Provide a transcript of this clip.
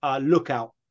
lookout